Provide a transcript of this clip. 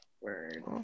Word